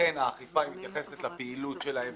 ולכן האכיפה מתייחסת לפעילות שהם.